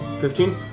Fifteen